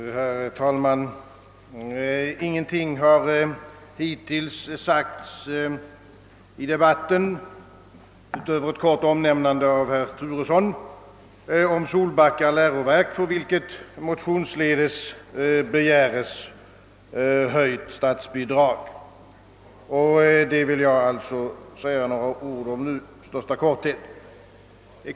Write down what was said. Herr talman! Utöver ett kort omnämnande av herr Turesson har ingenting sagts i debatten om Solbacka läroverk, för vilket motionsledes begäres höjt statsbidrag. Om detta vill jag nu säga några ord i största korthet.